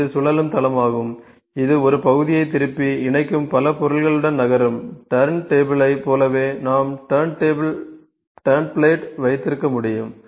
இது சுழலும் தளமாகும் இது ஒரு பகுதியை திருப்பி இணைக்கும் பல பொருள்களுக்கு நகரும் டர்ன் டேபிளைப் போலவே நாம் டர்ன் பிளேட் வைத்திருக்க முடியும்